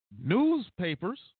newspapers